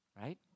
Right